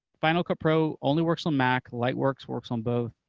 final cut pro only works on mac, lightworks works on both,